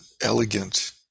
elegant